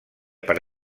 per